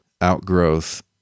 outgrowth